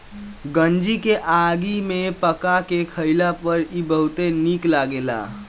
गंजी के आगी में पका के खइला पर इ बहुते निक लगेला